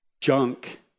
junk